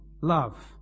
love